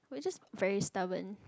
we're just very stubborn